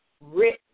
written